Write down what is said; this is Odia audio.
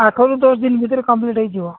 ଆଠରୁ ଦଶ ଦିନ ଭିତରେ କମ୍ପ୍ଲିଟ ହୋଇଯିବ